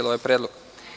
ovaj predlog.